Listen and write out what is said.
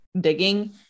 digging